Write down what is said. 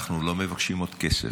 אנחנו לא מבקשים עוד כסף,